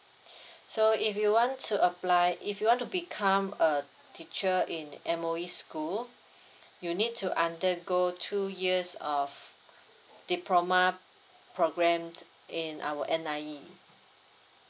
so if you want to apply if you want to become a teacher in M_O_E school you need to undergo two years of diploma program in our N_I_E